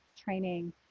training